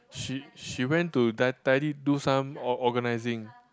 she she went to ti~ tidy do some or~ organizing